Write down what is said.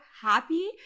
happy